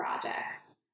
projects